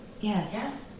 Yes